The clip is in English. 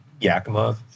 Yakima